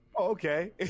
okay